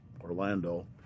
Orlando